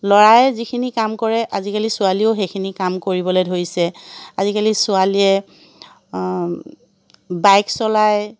ল'ৰাই যিখিনি কাম কৰে আজিকালি ছোৱালীয়েও সেইখিনি কাম কৰিবলৈ ধৰিছে আজিকালি ছোৱালীয়ে বাইক চলায়